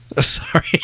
sorry